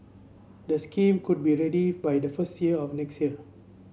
the scheme could be ready by the first year of next year